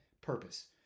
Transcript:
purpose